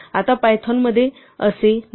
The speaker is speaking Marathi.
आता पायथॉन मध्ये असे नाही